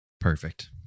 Perfect